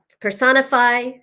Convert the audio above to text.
personify